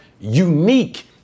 unique